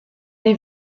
les